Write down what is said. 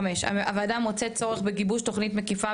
5. הוועדה מוצאת צורך בגיבוש תוכנית מקיפה,